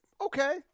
Okay